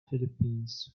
philippines